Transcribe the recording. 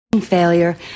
Failure